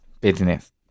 business